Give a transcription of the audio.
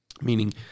Meaning